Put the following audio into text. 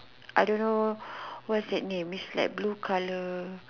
I don't know what's that name it's like blue colour